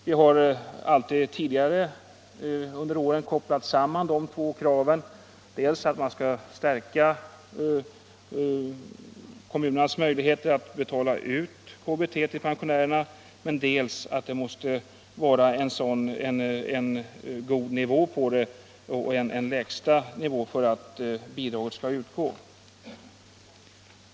Vi har tidigare alltid kopplat samman de två kraven att man dels skall stärka kommunernas möjligheter att betala ut kommunalt bostadstillägg till pensionärerna, dels att det måste vara en god lägsta nivå på de bidrag som utgår.